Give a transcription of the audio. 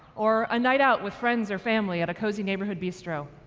or a night out with friends or family at a cosy neighborhood bistro.